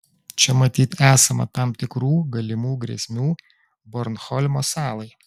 čia matyt esama tam tikrų galimų grėsmių bornholmo salai